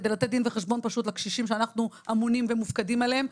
כדי לתת דין וחשבון פשוט לקשישים שאנחנו אמונים ומופקדים עליהם,